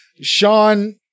Sean